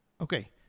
Okay